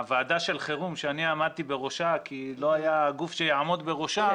הוועדה של חירום שאני עמדתי בראשה כי לא היה גוף שיעמוד בראשה,